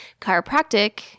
chiropractic